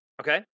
Okay